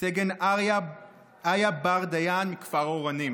סגן איה בר דיין מכפר אורנים.